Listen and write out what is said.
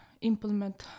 implement